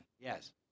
Yes